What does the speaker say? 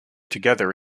together